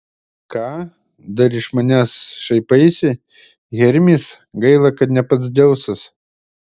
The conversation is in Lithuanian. ką dar iš manęs šaipaisi hermis gaila kad ne pats dzeusas